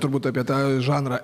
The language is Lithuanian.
turbūt apie tą žanrą